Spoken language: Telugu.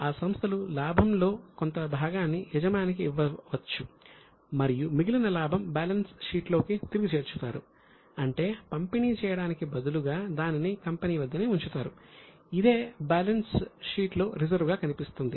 ఆ సంస్థలు లాభంలో కొంత భాగాన్ని యజమానికి ఇవ్వవచ్చు మరియు మిగిలిన లాభం బ్యాలెన్స్ షీట్లోకి తిరిగి చేర్చుతారు అంటే పంపిణీ చేయడానికి బదులుగా దానిని కంపెనీ వద్దనే ఉంచుతారు ఇదే బ్యాలెన్స్ షీట్లో రిజర్వ్ గా కనిపిస్తుంది